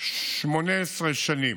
18 שנים.